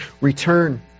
return